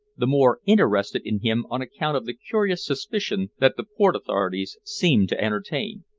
the more interested in him on account of the curious suspicion that the port authorities seemed to entertain.